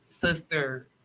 sister